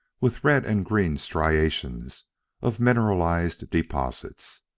with red and green striations of mineralized deposits.